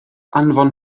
anfon